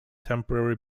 temporary